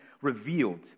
revealed